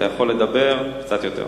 אתה יכול לדבר קצת יותר.